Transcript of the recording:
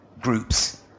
groups